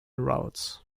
routes